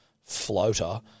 floater